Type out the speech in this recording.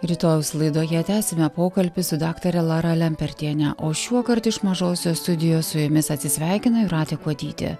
rytojaus laidoje tęsime pokalbį su daktare lara lempertiene o šiuokart iš mažosios studijos su jumis atsisveikina jūratė kuodytė